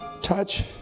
touch